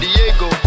Diego